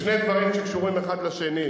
לשם השוואה,